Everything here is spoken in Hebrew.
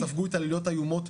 ספגו התעללויות איומות,